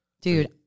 Dude